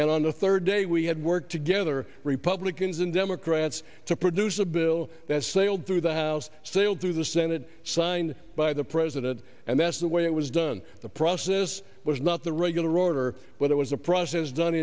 and on the third day we had worked together republicans and democrats to produce a bill that sailed through the house sailed through the senate signed by the president and that's the way it was done the process was not the regular order but it was a process done